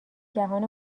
جهان